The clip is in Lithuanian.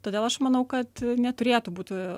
todėl aš manau kad neturėtų būti